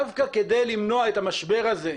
דווקא כדי למנוע את המשבר הזה,